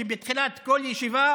שבתחילת כל ישיבה